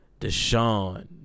Deshaun